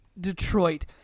Detroit